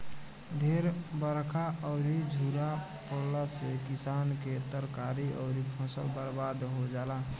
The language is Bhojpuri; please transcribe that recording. ढेर बरखा अउरी झुरा पड़ला से किसान के तरकारी अउरी फसल बर्बाद हो जाला